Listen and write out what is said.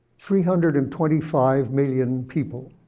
three hundred and twenty five million people.